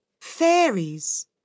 fairies